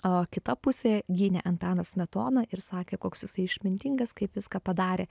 o kita pusė gynė antaną smetoną ir sakė koks jisai išmintingas kaip viską padarė